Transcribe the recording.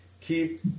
keep